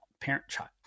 parent-child